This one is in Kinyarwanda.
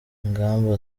ingamba